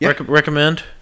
recommend